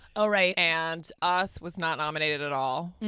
oh right. and us was not nominated at all.